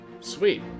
sweet